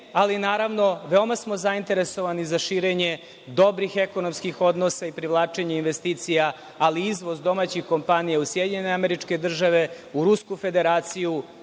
Ali, naravno, veoma smo zainteresovani za širenje dobrih ekonomskih odnosa i privlačenje investicija, ali izvoz domaćih kompanija u SAD, u Rusku Federaciju,